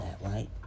right